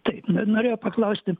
taip no norėjau paklausti